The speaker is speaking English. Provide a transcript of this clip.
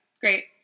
great